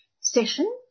session